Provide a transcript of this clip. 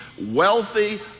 wealthy